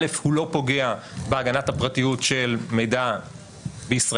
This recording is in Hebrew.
א' הוא לא פוגע בהגנת הפרטיות של מידע בישראל,